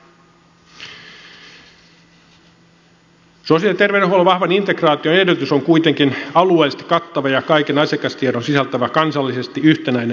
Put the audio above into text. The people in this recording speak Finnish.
sosiaali ja terveydenhuollon vahvan integraation edellytys on kuitenkin alueellisesti kattava ja kaiken asiakastiedon sisältävä kansallisesti yhtenäinen tietojärjestelmä